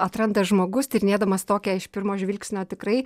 atranda žmogus tyrinėdamas tokią iš pirmo žvilgsnio tikrai